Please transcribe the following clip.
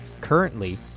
Currently